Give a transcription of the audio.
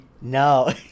No